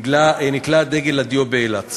נתלה דגל הדיו באילת.